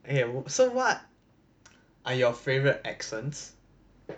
okay so what are your favourite accents